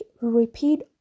repeat